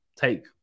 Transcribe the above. take